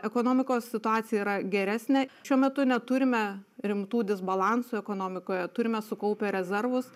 ekonomikos situacija yra geresnė šiuo metu neturime rimtų disbalansų ekonomikoje turime sukaupę rezervus